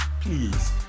please